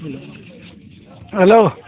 hello